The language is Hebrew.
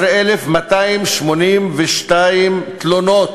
11,282 תלונות.